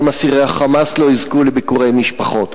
גם אסירי ה"חמאס" לא יזכו לביקורי משפחות.